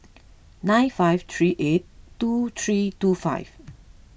nine five three eight two three two five